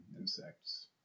insects